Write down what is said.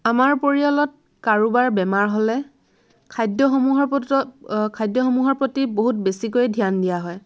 আমাৰ পৰিয়ালত কাৰোবাৰ বেমাৰ হ'লে খাদ্যসমূহৰ খাদ্যসমূহৰ প্ৰতি বহুত বেছিকৈ ধ্যান দিয়া হয়